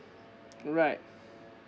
alright